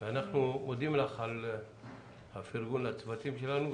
ואנחנו מודים לך על הפרגון לצוותים שלנו.